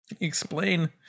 Explain